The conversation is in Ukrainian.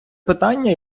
питання